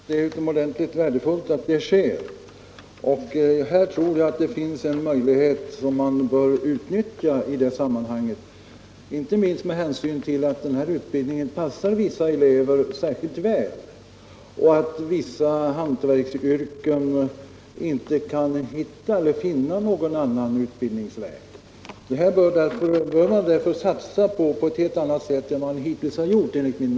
Herr talman! Det är utomordentligt värdefullt att det sker en sådan satsning, och när det gäller lärlingsutbildningen i hantverksyrkena tror jag att det finns en möjlighet som bör utnyttjas inte minst med hänsyn till att denna utbildning passar en del elever särskilt väl och att det för vissa hantverksyrken inte finns någon annan utbildningsväg. Man bör därför enligt min mening satsa på denna utbildning på ett helt annat sätt än vad man har gjort hittills.